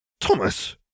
Thomas